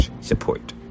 support